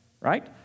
Right